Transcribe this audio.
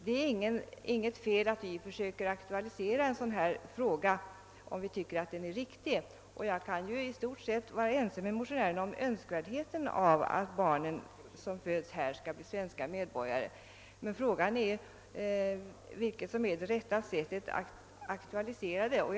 Det är inget fel att försöka akutalisera en sådan här fråga, om man tycker att den är angelägen, och jag kan i stort sett vara ense med motionären om önskvärdheten av att barn som föds här skall bli svenska medborgare. Frågan är vilket som är det rätta sättet att aktualisera spörsmålet.